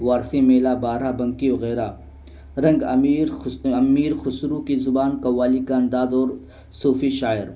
وارسی میلہ بارہ بنکی وغیرہ رنگ امیر خ امیر خسرو کی زبان قوال کا انداز اور صوفی شاعر